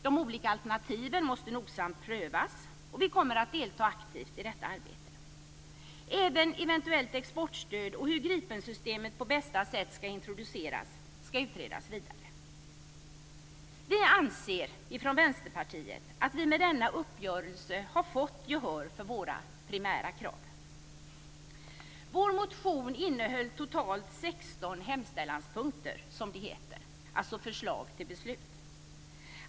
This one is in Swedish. De olika alternativen måste nogsamt prövas, och vi kommer att delta aktivt i detta arbete. Även eventuellt exportstöd och frågan hur Gripensystemet på bästa sätt ska introduceras ska utredas vidare. Vi från Vänsterpartiet anser att vi med denna uppgörelse har fått gehör för våra primära krav. Vår motion innehöll totalt 16 hemställanspunkter, som det heter, alltså förslag till beslut.